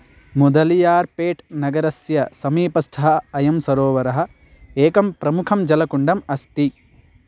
मोदलियार् pet नगरस्य समीपस्थः अयं सरोवरः एकं प्रमुखं जलकुण्डम् अस्ति